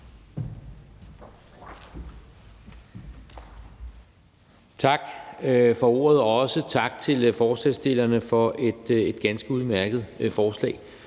Tak for ordet, og også tak til forslagsstillerne for et ganske udmærket forslag.